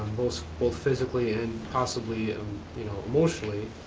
both both physically and possibly you know emotionally.